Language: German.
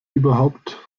überhaupt